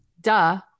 Duh